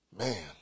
Man